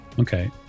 Okay